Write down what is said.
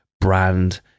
brand